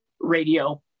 radio